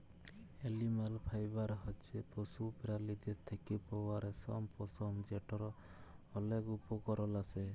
animal fibre হছে পশু পেরালীর থ্যাকে পাউয়া রেশম, পশম যেটর অলেক উপকরল আসে